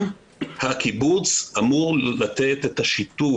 גם הקיבוץ אמור לתת את השיתוף.